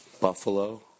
Buffalo